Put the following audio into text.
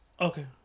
Okay